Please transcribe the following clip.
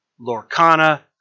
Lorcana